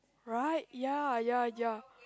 right ya ya ya